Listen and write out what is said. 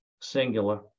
singular